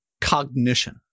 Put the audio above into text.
cognition